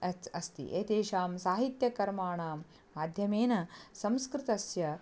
अच् अस्ति एतेषां साहित्यकर्मणां माध्यमेन संस्कृतस्य